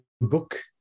book